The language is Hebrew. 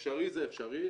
אפשרי זה אפשרי,